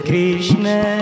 Krishna